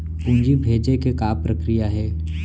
पूंजी भेजे के का प्रक्रिया हे?